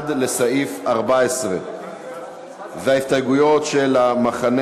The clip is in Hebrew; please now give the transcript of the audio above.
1 לסעיף 14. זו ההסתייגות של חברי